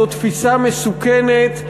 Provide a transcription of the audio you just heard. זו תפיסה מסוכנת,